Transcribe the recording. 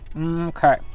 Okay